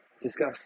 discuss